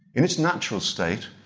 in its natural state,